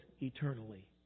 eternally